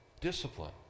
discipline